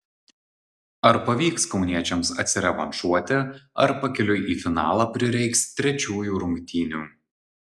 ar pavyks kauniečiams atsirevanšuoti ar pakeliui į finalą prireiks trečiųjų rungtynių